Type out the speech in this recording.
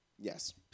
Yes